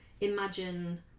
imagine